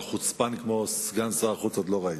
חוצפן כמו סגן שר החוץ עוד לא ראיתי.